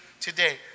today